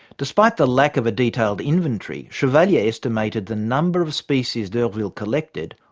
despite the lack of a detailed inventory, chevalier estimated the number of species d'urville collected,